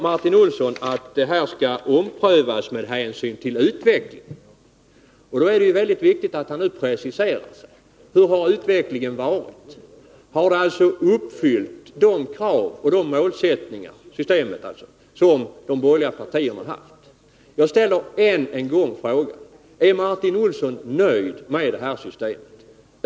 Martin Olsson säger att förslaget skall omprövas med hänsyn till utvecklingen. Då är det mycket viktigt att han preciserar sig. Hur har utvecklingen varit? Har systemet uppfyllt de krav och målsättningar som de borgerliga partierna ställt upp? Jag ställer än en gång frågorna: Är Martin Olsson nöjd med systemet?